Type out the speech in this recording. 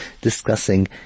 discussing